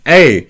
Hey